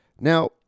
Now